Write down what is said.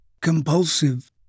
compulsive